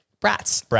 Brats